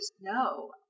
No